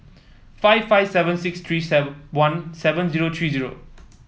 five five seven six three sever one seven zero three zero